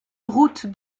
route